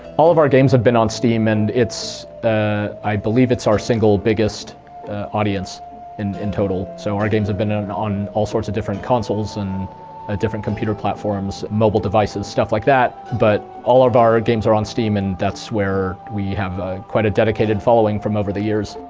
all of our games have been on steam, and it's ah i believe it's our single biggest audience in in total. so our games have been on on all sorts of different consoles and ah different computer platforms, mobile devices, stuff like that. but all of our games are on steam, and that's where we have quite a dedicated following from over the years.